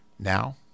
Now